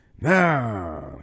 Now